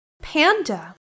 Panda